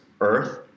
Earth